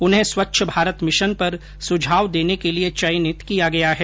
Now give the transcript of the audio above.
उन्हें स्वच्छ भारत मिशन पर सुझाव देने के लिए चयनित किया गया है